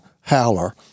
howler